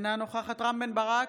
אינה נוכחת רם בן ברק,